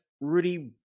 Rudy